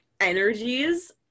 energies